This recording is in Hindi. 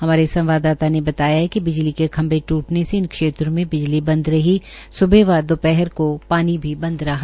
हमारे संवाददाता ने बताया कि बिजली के खंभे टूटने से इन क्षेत्र में बिजली बंद रही सुबह व दोपहर को पानी बंद रहा